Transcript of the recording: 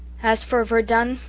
as for verdun,